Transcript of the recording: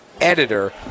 editor